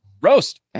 Roast